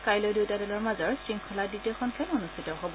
কাইলৈ দুয়োটা দলৰ মাজত শৃংখলাৰ দ্বিতীয়খন খেল অনুষ্ঠিত হব